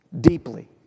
deeply